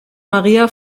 maria